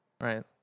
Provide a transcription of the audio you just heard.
Right